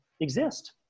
exist